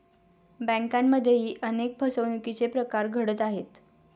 बँकांमध्येही अनेक फसवणुकीचे प्रकार घडत आहेत